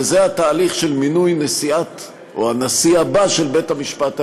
וזה התהליך של מינוי הנשיאה או הנשיא הבא של בית-המשפט העליון,